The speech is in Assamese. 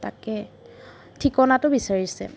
তাকে ঠিকনাটো বিচাৰিছে